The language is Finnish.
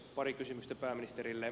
pari kysymystä pääministerille